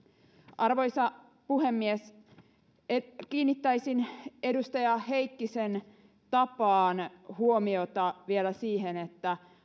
arvoisa puhemies kiinnittäisin edustaja heikkisen tapaan huomiota vielä siihen että